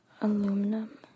Aluminum